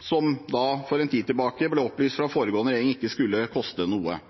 som det da for en tid tilbake ble opplyst fra den foregående regjering ikke skulle koste noe.